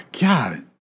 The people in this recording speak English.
God